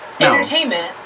Entertainment